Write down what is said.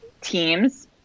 teams